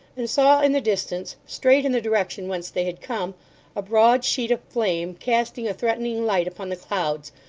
and saw in the distance straight in the direction whence they had come a broad sheet of flame, casting a threatening light upon the clouds,